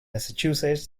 massachusetts